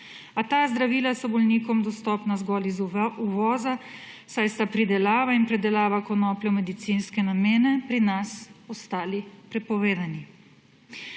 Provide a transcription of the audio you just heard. a ta zdravila so bolnikom dostopna zgolj iz uvoza, saj sta pridelava in predelava konoplje v medicinske namene pri nas ostali prepovedali.